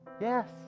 Yes